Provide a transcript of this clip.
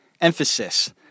emphasis